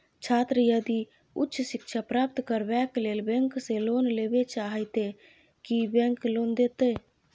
छात्र यदि उच्च शिक्षा प्राप्त करबैक लेल बैंक से लोन लेबे चाहे ते की बैंक लोन देतै?